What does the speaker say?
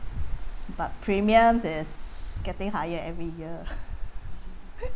but premium it's getting higher every year